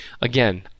Again